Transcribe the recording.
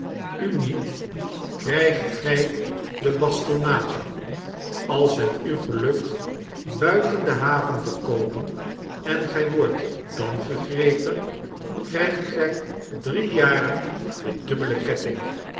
u niet krijgt g j de bastonnade als het u gelukt buiten de haven te komen en gij wordt dan gegrepen krijgt gij drie jaren den dubbelen ketting